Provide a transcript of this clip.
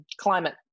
climate